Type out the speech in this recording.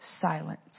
silence